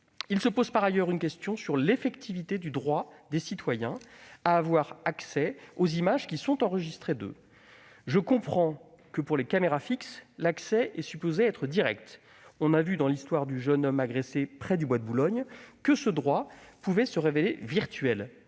? Par ailleurs, une question se pose quant à l'effectivité du droit des citoyens à avoir accès aux images qui sont enregistrées d'eux. Si je ne me trompe, pour les caméras fixes, l'accès est supposé être direct. Or on a vu, dans l'histoire du jeune homme agressé au bois de Boulogne, que ce droit pouvait se révéler virtuel.